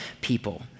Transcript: people